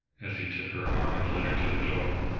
as he took her arm and led her to the door.